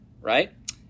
right